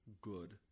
good